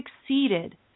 succeeded